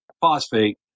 phosphate